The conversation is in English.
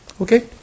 Okay